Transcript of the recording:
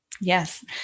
Yes